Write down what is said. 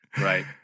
Right